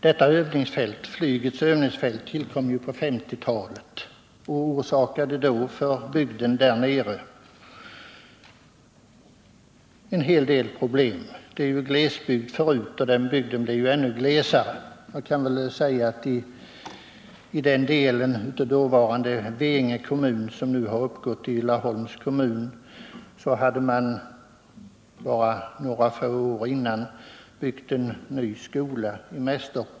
Detta flygets övningsfält tillkom under 1950-talet och orsakade bygden en hel del problem. Med detta övningsfält blev glesbygden där ännu glesare. I denna del av dåvarande Veinge kommun, som nu har uppgått i Laholms kommun, hade man bara några år tidigare byggt en ny skola.